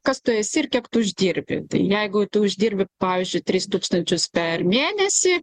kas tu esi ir kiek tu uždirbi jeigu tu uždirbi pavyzdžiui tris tūkstančius per mėnesį